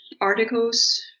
articles